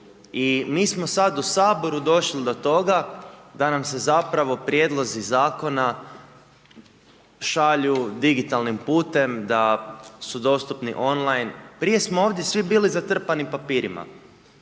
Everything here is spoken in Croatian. i mi smo sad u Saboru došli do toga da nam se zapravo prijedlozi zakona šalju digitalnim putem da su dostupni on line, prije smo ovdje svi bili zatrpani papirima,